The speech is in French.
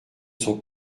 sont